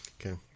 Okay